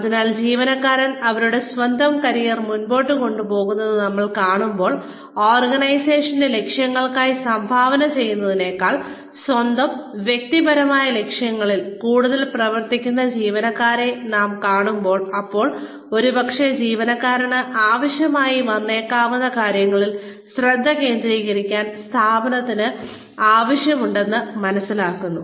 അതിനാൽ ജീവനക്കാർ അവരുടെ സ്വന്തം കരിയർ മുന്നോട്ട് കൊണ്ടുപോകുന്നത് നമ്മൾ കാണുമ്പോൾ ഓർഗനൈസേഷന്റെ ലക്ഷ്യങ്ങൾക്കായി സംഭാവന ചെയ്യുന്നതിനേക്കാൾ സ്വന്തം വ്യക്തിപരമായ ലക്ഷ്യങ്ങളിൽ കൂടുതൽ പ്രവർത്തിക്കുന്ന ജീവനക്കാരെ നാം കാണുമ്പോൾ അപ്പോൾ ഒരുപക്ഷെ ജീവനക്കാരന് ആവശ്യമായി വന്നേക്കാവുന്ന കാര്യങ്ങളിൽ ശ്രദ്ധ കേന്ദ്രീകരിക്കാൻ സ്ഥാപനത്തിന് ആവശ്യമുണ്ടെന്ന് മനസ്സിലാക്കുന്നു